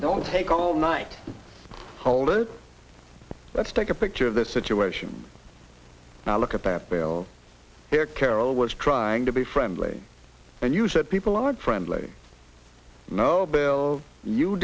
don't take all night hold it let's take a picture of the situation now look at that bill here carol was trying to be friendly and you said people are friendly nobels you